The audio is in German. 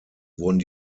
wurden